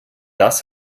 das